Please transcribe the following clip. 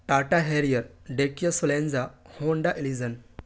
Tata Harrier ڈیکیا سلینزا Honda ایلیزن